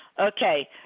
Okay